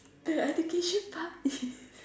the education part is